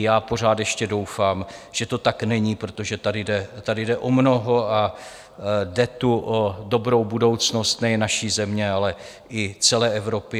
Já pořád ještě doufám, že to tak není, protože tady jde o mnoho a jde tu o dobrou budoucnost nejen naší země, ale i celé Evropy.